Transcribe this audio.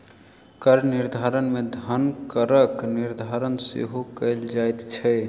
कर निर्धारण मे धन करक निर्धारण सेहो कयल जाइत छै